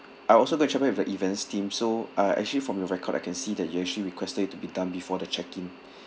I will also go and with the events team so I actually from your record I can see that you actually requested it to be done before the check in